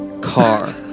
car